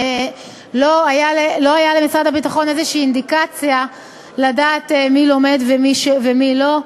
לא הייתה למשרד הביטחון אינדיקציה כלשהי לדעת מי לומד ומי לא.